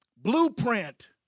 blueprint